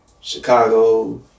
Chicago